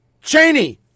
Cheney